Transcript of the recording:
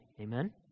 Amen